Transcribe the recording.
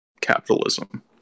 capitalism